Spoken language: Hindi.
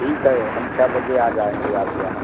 ठीक है हम छः बजे आ जाएंगे आपके यहाँ